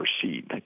proceed